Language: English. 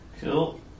Cool